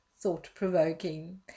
thought-provoking